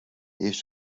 heeft